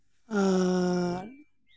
ᱟᱨ